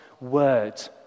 word